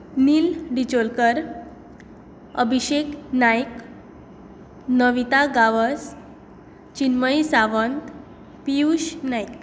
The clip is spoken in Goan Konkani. नील बिचोलकर अभिषेक नायक नविता गावस चिनमय सावंत पियूश नायक